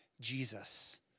Jesus